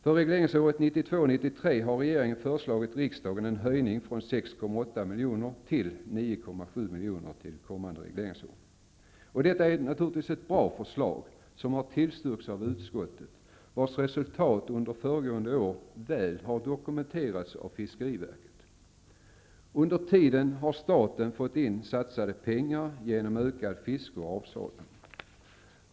För regleringsåret 1992/93 har regeringen förelagit riksdagen en höjning från Detta är ett bra förslag, som har tillstyrkts av utskottet, vars resultat under föregående år väl har dokumenterats av fiskeriverket. Under tiden har staten fått in satsade pengar genom ökat fiske och ökad avsalu.